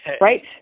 right